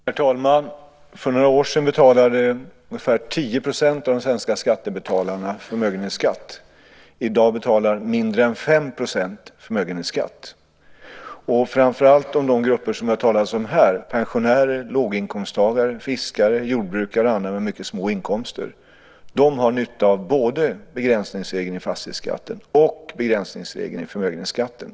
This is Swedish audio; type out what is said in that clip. Herr talman! För några år sedan betalade ungefär 10 % av de svenska skattebetalarna förmögenhetsskatt. I dag betalar mindre än 5 % förmögenhetsskatt. Framför allt de grupper som det har talats om här - pensionärer, låginkomsttagare, fiskare, jordbrukare och andra med mycket små inkomster - har nytta av både begränsningsregeln i fastighetsskatten och begränsningsregeln i förmögenhetsskatten.